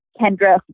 Kendra